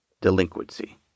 delinquency